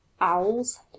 Owls